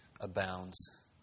abounds